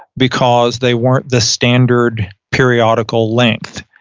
because they weren't the standard periodical length.